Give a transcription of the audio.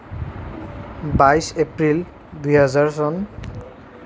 বাইশ এপ্ৰিল দুই হাজাৰ চন